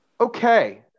Okay